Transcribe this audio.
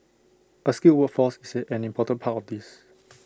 A skilled workforce is an important part of this